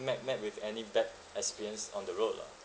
met met with any bad experience on the road lah